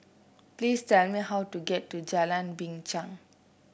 please tell me how to get to Jalan Binchang